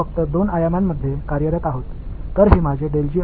1 z ஐப் பொறுத்தவரை அது 0